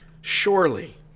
Surely